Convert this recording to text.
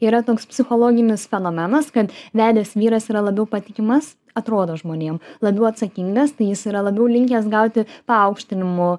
yra toks psichologinis fenomenas kad vedęs vyras yra labiau patikimas atrodo žmonėm labiau atsakingas tai jis yra labiau linkęs gauti paaukštinimų